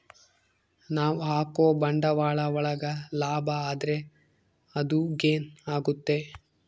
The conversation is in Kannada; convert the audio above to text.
ನಾವ್ ಹಾಕೋ ಬಂಡವಾಳ ಒಳಗ ಲಾಭ ಆದ್ರೆ ಅದು ಗೇನ್ ಆಗುತ್ತೆ